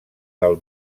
del